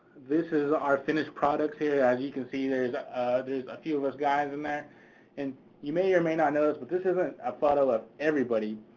this is our finished products here. as you can see, there's a few of us guys in there and you may or may not know this, but this isn't a photo of everybody,